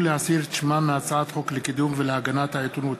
להסיר את שמם מהצעת חוק לקידום ולהגנת העיתונות